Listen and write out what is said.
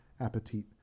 Appetite